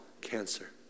cancer